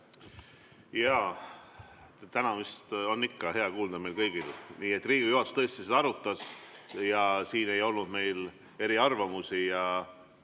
Jaa, tänamist on ikka hea kuulda meil kõigil. Nii et Riigikogu juhatus tõesti seda arutas ja siin ei olnud meil eriarvamusi.